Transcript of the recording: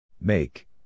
Make